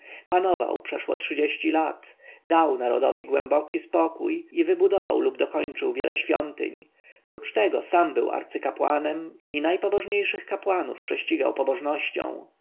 panował przeszło trzydzieści lat dał narodowi głęboki spokój i wybudował lub dokończył wielu świątyń prócz tego sam był arcykapłanem i najpobożniejszych kapłanów prześcigał pobożnością